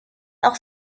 auch